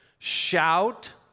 Shout